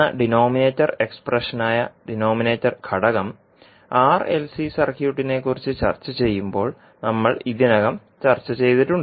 എന്ന ഡിനോമിനേറ്റർ എക്സ്പ്രഷനായ ഡിനോമിനേറ്റർ ഘടകം RLC സർക്യൂട്ടിനെക്കുറിച്ച് ചർച്ചചെയ്യുമ്പോൾ നമ്മൾ ഇതിനകം ചർച്ചചെയ്തിട്ടുണ്ട്